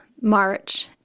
March